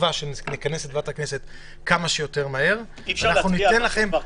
בתקווה שוועדת הכנסת תתכנס כמה שיותר מהר ולאחר מכן